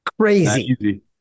Crazy